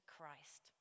Christ